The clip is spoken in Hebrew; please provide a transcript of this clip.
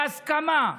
בהסכמה,